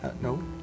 No